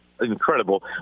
incredible